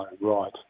right